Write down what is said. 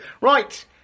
Right